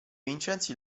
vincenzi